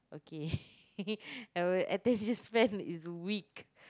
okay our attention span is weak